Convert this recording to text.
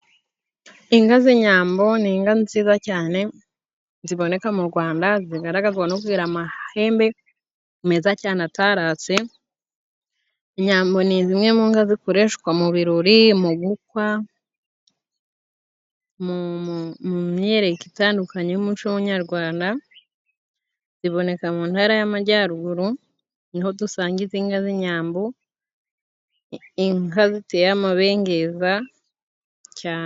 Inka z'inyambo ni inga nziza cyane ziboneka mu Rwanda. Zigaragazwa no kugira amahembe meza cyane ataratse, inyambo ni zimwe mu nga zikoreshwa mu birori, mu gukwa mu myiyereko itandukanye y'umuco w'umunyarwanda. Ziboneka mu ntara y'amajyaruguru niho dusanga inga z'inyambo. Inka ziteye amabengeza cyane.